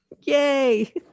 Yay